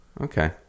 okay